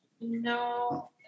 No